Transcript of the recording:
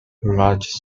largest